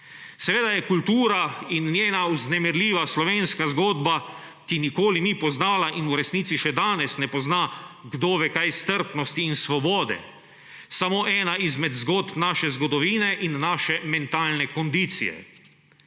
Seveda je kultura in njena vznemirljiva slovenska zgodba, ki nikoli ni poznala in v resnici še danes ne pozna kdo ve kaj strpnosti in svobode, samo ena izmed zgodb naše zgodovine in naše mentalne kondicije.